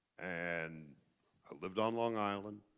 and i lived on long island.